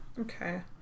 Okay